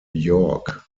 york